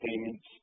payments